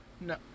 no